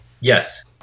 Yes